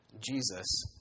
Jesus